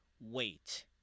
wait